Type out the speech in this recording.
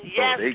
yes